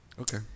Okay